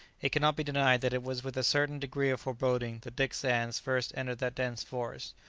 it cannot be denied that it was with a certain degree of foreboding that dick sands first entered that dense forest,